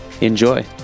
enjoy